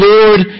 Lord